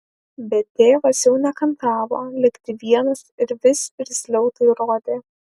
bet tėvas jau nekantravo likti vienas ir vis irzliau tai rodė